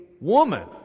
woman